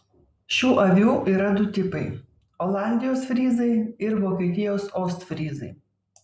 šių avių yra du tipai olandijos fryzai ir vokietijos ostfryzai